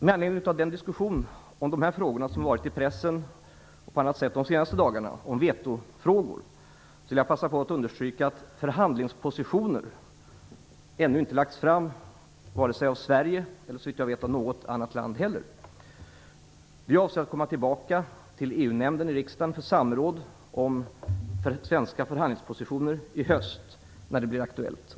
Med anledning av den diskussion om vetofrågor som har varit i pressen och på annat håll de senaste dagarna vill jag passa på att understryka att förhandlingspositioner ännu inte lagts fram vare sig av Sverige eller av något annat land, såvitt jag vet. Vi avser att komma tillbaka till EU-nämnden i riksdagen för samråd om svenska förhandlingspositioner i höst, när det blir aktuellt.